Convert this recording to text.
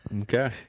Okay